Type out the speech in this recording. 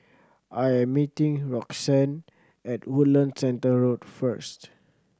I am meeting Roxann at Woodlands Centre Road first